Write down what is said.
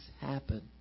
happen